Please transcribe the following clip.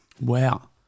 Wow